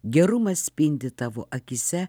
gerumas spindi tavo akyse